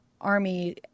army